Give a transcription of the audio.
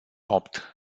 opt